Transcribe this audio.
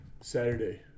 Saturday